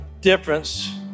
difference